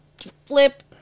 flip